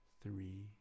three